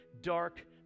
dark